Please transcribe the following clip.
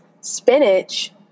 spinach